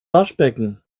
waschbecken